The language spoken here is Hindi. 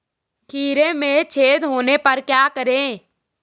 खीरे में छेद होने पर क्या करें?